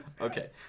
Okay